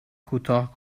کوتاه